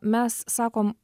mes sakom